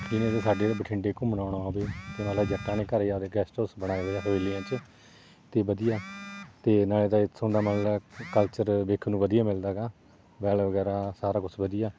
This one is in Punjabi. ਜਿਵੇਂ ਕਿ ਸਾਡੇ ਬਠਿੰਡੇ ਘੁੰਮਣ ਆਉਣਾ ਹੋਵੇ ਜੱਟਾਂ ਨੇ ਘਰ ਆਪਣੇ ਗੈਸਟ ਹਾਊਸ ਬਣਾਏ ਹੋਏ ਆ ਹਵੇਲੀਆਂ 'ਚ ਅਤੇ ਵਧੀਆ ਅਤੇ ਨਾਲੇ ਤਾਂ ਇੱਥੋਂ ਦਾ ਮਤਲਬ ਕਲਚਰ ਵੇਖਣ ਨੂੰ ਵਧੀਆ ਮਿਲਦਾ ਗਾ ਵੈਲ ਵਗੈਰਾ ਸਾਰਾ ਕੁਛ ਵਧੀਆ